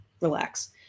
relax